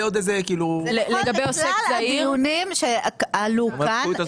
זה נכון לכלל הדיונים שעלו כאן.